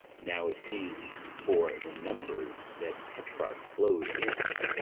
now is he for the numbers that petrarch flowed in.